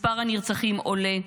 מספר הנרצחים עולה,